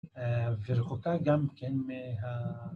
ורחוקה גם כן מה...